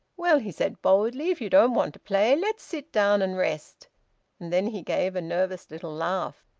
well, he said boldly, if you don't want to play, let's sit down and rest. and then he gave a nervous little laugh.